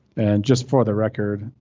and just for the record,